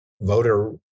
voter